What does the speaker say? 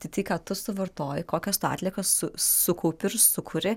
tai tai ką tu suvartoji kokias tu atliekas su sukaupi ir sukuri